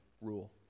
rule